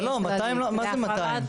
לא, מה זה 200?